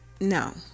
no